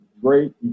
Great